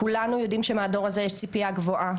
כולנו יודעים שמהדור הזה יש ציפייה גבוהה,